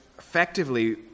Effectively